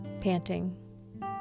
panting